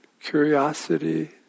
curiosity